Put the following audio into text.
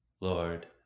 Lord